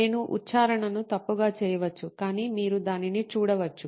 నేను ఉచ్చారణను తప్పుగా చెప్పవచ్చు కానీ మీరు దానిని చూడవచ్చు